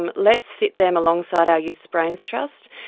and let's sit them alongside our youth brains trust,